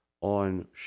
on